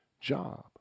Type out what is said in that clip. job